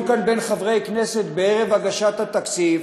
כאן בין חברי כנסת ערב הגשת התקציב.